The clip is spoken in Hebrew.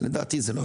לדעתי זה לא יעבוד.